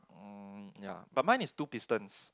mm ya but mine is two pistons